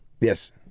Yes